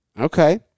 Okay